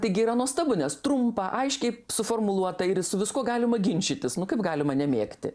tai gi yra nuostabu nes trumpa aiškiai suformuluota ir su viskuo galima ginčytis nu kaip galima nemėgti